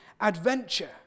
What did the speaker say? adventure